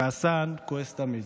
כעסן כועס תמיד,